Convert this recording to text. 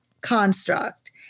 construct